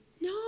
no